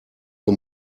uhr